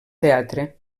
teatre